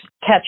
catch